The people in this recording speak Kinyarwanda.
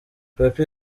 papy